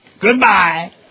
Goodbye